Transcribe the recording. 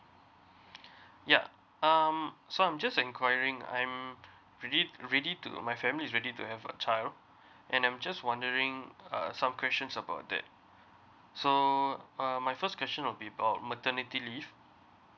ya um so I'm just inquiring I'm ready ready to my family is ready to have a child and I'm just wondering uh some questions about that so uh my first question will be about maternity leave